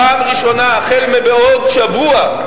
פעם ראשונה, מבעוד שבוע,